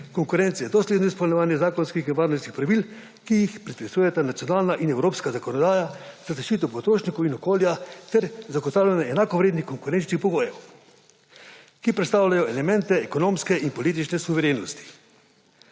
konkurence in dosledno izpolnjevanje zakonskih in varnostnih pravil, ki jih predpisujeta nacionalna in evropska zakonodaja za zaščito potrošnikov in okolja, ter zagotavljanje enakovrednih konkurenčnih pogojev, ki predstavljajo elemente ekonomske in politične suverenosti.